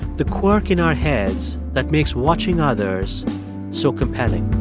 the quirk in our heads that makes watching others so compelling